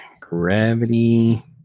Gravity